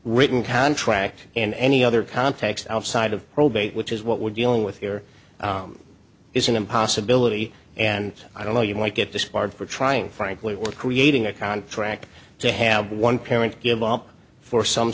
written contract and any other context outside of probate which is what we're dealing with here is an impossibility and i don't know you might get disbarred for trying frankly or creating a contract to have one parent give up for some